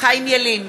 חיים ילין,